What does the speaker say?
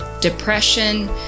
depression